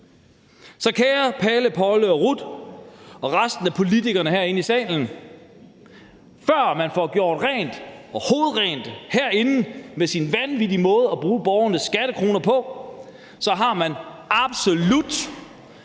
Så kære Palle, Polle og Ruth og resten af politikerne herinde i salen: Før man får gjort rent, hovedrent, herinde i forhold til ens vanvittige måde at bruge borgernes skattekroner på, har man absolut